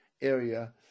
area